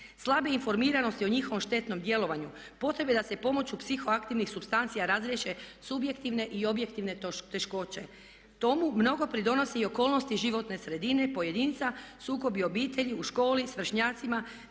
slabe informiranosti o njihovom štetnom djelovanju, potrebe da se pomoću psihoaktivnih supstanci razriješe subjektivne i objektivne teškoće. Tomu mnogo pridonose i okolnosti životne sredine, pojedinca, sukobi obitelji, u školi, s vršnjacima,